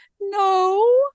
No